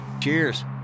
Cheers